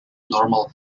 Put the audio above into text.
normal